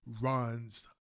runs